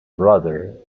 brother